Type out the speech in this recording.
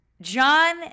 John